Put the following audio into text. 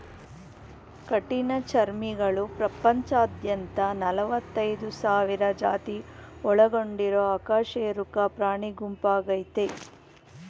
ಕಠಿಣಚರ್ಮಿಗಳು ಪ್ರಪಂಚದಾದ್ಯಂತ ನಲವತ್ತೈದ್ ಸಾವಿರ ಜಾತಿ ಒಳಗೊಂಡಿರೊ ಅಕಶೇರುಕ ಪ್ರಾಣಿಗುಂಪಾಗಯ್ತೆ